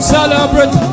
Celebrate